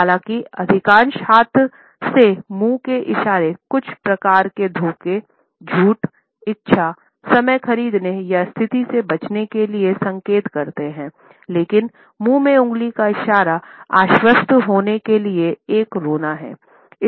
हालांकि अधिकांश हाथ से मुंह के इशारे कुछ प्रकार के धोखे झूठइच्छा समय खरीदने या स्थिति से बचने के लिए संकेत करते हैं लेकिन मुंह में उंगली का इशारा आश्वस्त होने के लिए एक रोना है